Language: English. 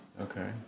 Okay